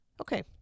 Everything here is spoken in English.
Okay